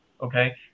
okay